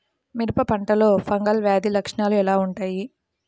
మిరప పంటలో ఫంగల్ వ్యాధి లక్షణాలు ఎలా వుంటాయి?